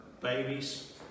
babies